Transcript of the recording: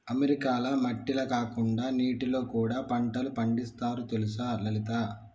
అమెరికాల మట్టిల కాకుండా నీటిలో కూడా పంటలు పండిస్తారు తెలుసా లలిత